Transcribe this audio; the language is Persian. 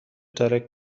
دارد